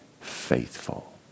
faithful